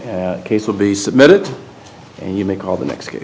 case will be submitted and you may call the next